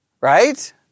Right